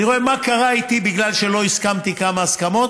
אני רואה מה קרה איתי בגלל שלא הסכמתי כמה הסכמות